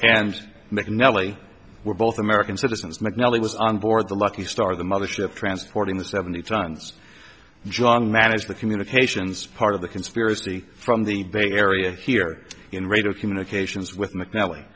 and macnelly were both american citizens mcnally was on board the lucky star the mothership transporting the seventy tons john managed the communications part of the conspiracy from the bay area here in radio communications with mcnally